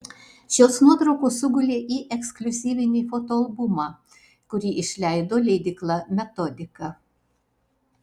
šios nuotraukos sugulė į ekskliuzyvinį fotoalbumą kurį išleido leidykla metodika